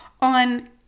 on